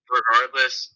regardless